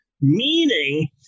meaning